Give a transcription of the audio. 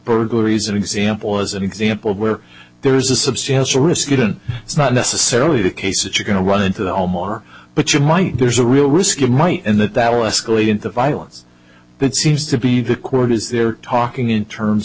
burglaries an example was an example where there's a substantial risk you don't it's not necessarily the case that you're going to run into the home or but you might there's a real risk it might and that that will escalate into violence that seems to be the quote is they're talking in terms